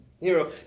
hero